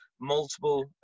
multiple